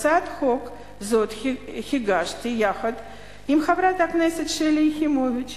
הצעת חוק זו הגשתי יחד עם חברת הכנסת שלי יחימוביץ.